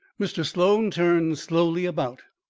mr. sloan turned slowly about.